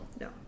No